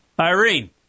Irene